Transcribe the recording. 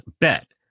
bet